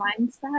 mindset